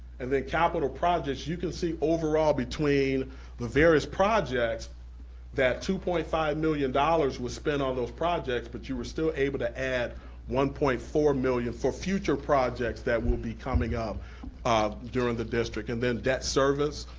and then capital projects, you can see overall between the various projects that two point five million dollars was spent on those projects, but you were still able to add one point four million for future projects that will be coming up um during the district. and then debt service,